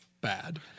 bad